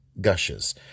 gushes